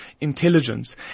intelligence